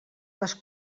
les